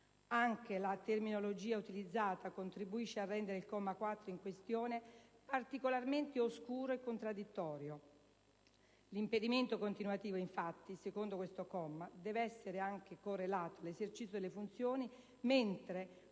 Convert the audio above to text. Anche la terminologia utilizzata contribuisce a rendere il comma 4 in questione particolarmente oscuro e contraddittorio: l'impedimento continuativo, infatti, secondo questo comma, deve essere anche «correlato all'esercizio delle funzioni» mentre